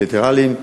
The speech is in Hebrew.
בילטרליים,